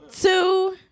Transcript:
two